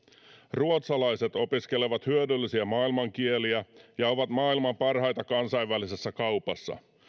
ruotsalaiset opiskelevat hyödyllisiä maailman kieliä ja ovat maailman parhaita kansainvälisessä kaupassa